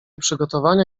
przygotowania